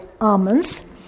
almonds